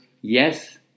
yes